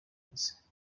akazi